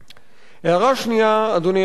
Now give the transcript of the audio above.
הערה שנייה, אדוני היושב-ראש,